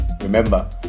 Remember